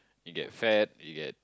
you get fat you get